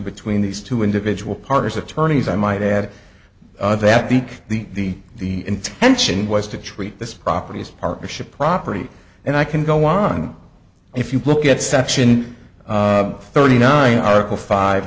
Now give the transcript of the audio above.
between these two individual partners attorneys i might add that the the intention was to treat this property as partnership property and i can go on if you look at section thirty nine article five